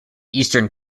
eastern